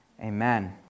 Amen